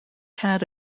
had